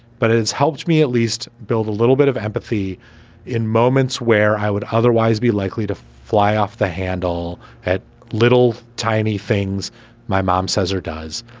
but it has helped me at least build a little bit of empathy in moments where i would otherwise be likely to fly off the handle at little tiny things my mom says or does.